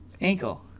Ankle